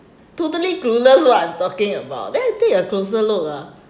totally clueless what I am talking about then I take a closer look ah